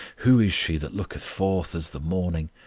who is she that looketh forth as the morning,